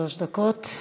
שלוש דקות.